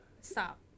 Stop